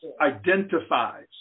identifies